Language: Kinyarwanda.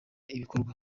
ibikorwa